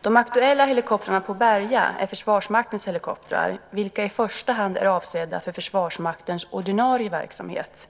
De aktuella helikoptrarna på Berga är Försvarsmaktens helikoptrar, vilka i första hand är avsedda för Försvarsmaktens ordinarie verksamhet.